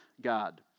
God